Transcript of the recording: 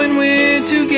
and we